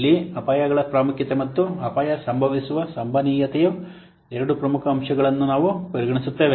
ಇಲ್ಲಿ ಅಪಾಯಗಳ ಪ್ರಾಮುಖ್ಯತೆ ಮತ್ತು ಅಪಾಯ ಸಂಭವಿಸುವ ಸಂಭವನೀಯತೆಯ ಎರಡು ಪ್ರಮುಖ ಅಂಶಗಳನ್ನು ನಾವು ಪರಿಗಣಿಸುತ್ತೇವೆ